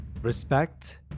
Respect